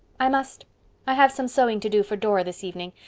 i must. i have some sewing to do for dora this evening.